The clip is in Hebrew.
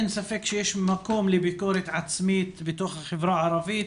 אין ספק שיש מקום לביקורת עצמית בתוך הברה הערבית,